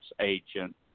agent